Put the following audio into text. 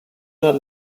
not